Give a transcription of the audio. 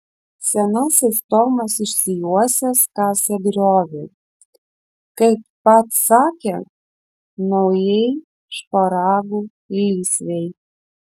senasis tomas išsijuosęs kasė griovį kaip pats sakė naujai šparagų lysvei